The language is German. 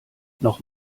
noch